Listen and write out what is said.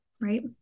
right